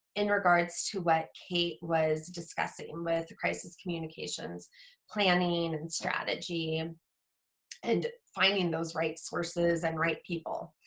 in regards to what kate was discussing with crisis communications planning and strategy um and finding those right sources and right people?